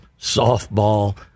softball